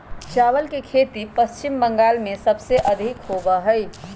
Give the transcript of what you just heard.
चावल के खेती पश्चिम बंगाल में सबसे अधिक होबा हई